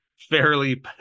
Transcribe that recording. Fairly